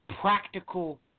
practical